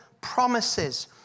promises